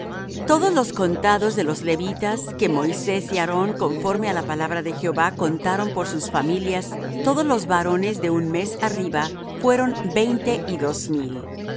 todos los contados de los levitas que moisés y aarón conforme á la palabra de jehová contaron por sus familias todos los varones de un mes arriba fueron veinte y dos mil